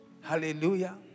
Hallelujah